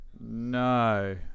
No